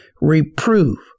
Reprove